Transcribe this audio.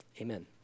amen